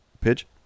Pidge